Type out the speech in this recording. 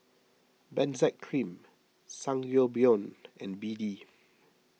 Benzac Cream Sangobion and B D